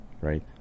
right